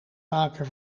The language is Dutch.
vaker